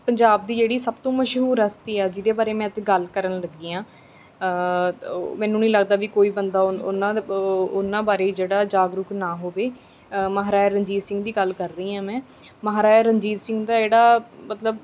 ਪੰਜਾਬ ਦੀ ਜਿਹੜੀ ਸਭ ਤੋਂ ਮਸ਼ਹੂਰ ਹਸਤੀ ਹੈ ਜਿਹਦੇ ਬਾਰੇ ਮੈਂ ਅੱਜ ਗੱਲ ਕਰਨ ਲੱਗੀ ਹਾਂ ਉਹ ਮੈਨੂੰ ਨਹੀਂ ਲੱਗਦਾ ਵੀ ਕੋਈ ਬੰਦਾ ਉਹਨਾਂ ਓ ਉਹਨਾਂ ਦੇ ਉਨ੍ਹਾਂ ਬਾਰੇ ਜਿਹੜਾ ਜਾਗਰੂਕ ਨਾ ਹੋਵੇ ਮਹਾਰਾਜਾ ਰਣਜੀਤ ਸਿੰਘ ਦੀ ਗੱਲ ਕਰ ਰਹੀ ਹਾਂ ਮੈਂ ਮਹਾਰਾਜਾ ਰਣਜੀਤ ਸਿੰਘ ਦਾ ਜਿਹੜਾ ਮਤਲਬ